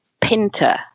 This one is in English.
Pinter